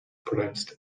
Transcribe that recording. pronounced